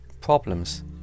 problems